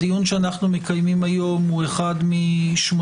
הדיון שאנחנו מקיימים היום הוא אחד משמונה